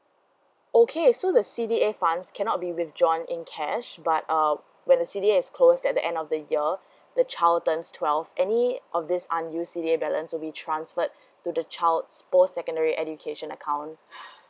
okay so the C_D_A fund cannot be withdrawn in cash but um when the C_D_A is closed at the end of the year the child turns twelve any of this unused C_D_A balance will be transferred to the child's post secondary education account